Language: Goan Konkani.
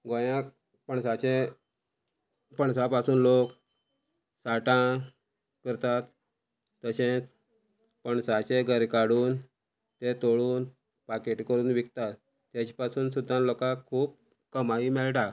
गोंयाक पणसाचे पणसा पासून लोक साठां करतात तशेंच पणसाचे घरे काडून ते तळून पाकेट करून विकतात ताजे पासून सुद्दां लोकांक खूब कमाय मेळटा